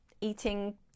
eating